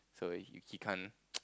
so he he can't